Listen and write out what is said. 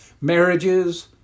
Marriages